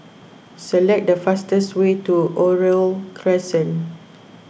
select the fastest way to Oriole Crescent